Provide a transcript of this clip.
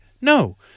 No